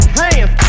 hands